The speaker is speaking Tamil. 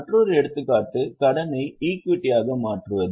மற்றொரு எடுத்துக்காட்டு கடனை ஈக்விட்டியாக மாற்றுவது